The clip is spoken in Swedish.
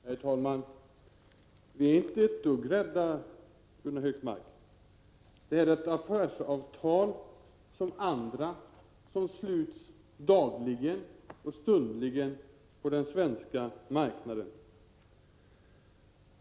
Herr talman! Vi är inte ett dugg rädda, Gunnar Hökmark. Detta är ett affärsavtal som andra som sluts dagligen och stundligen på den svenska marknaden.